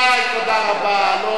איזה דמוקרטיה, תודה רבה.